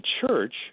church